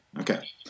Okay